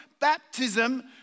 baptism